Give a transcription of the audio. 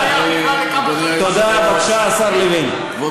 זה לא שייך בכלל לכמה שנים בכנסת.